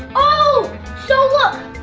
oh so look